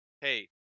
Hey